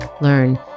learn